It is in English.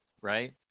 right